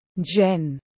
Jen